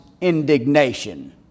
indignation